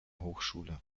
hochschule